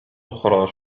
أخرى